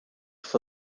for